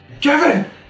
Kevin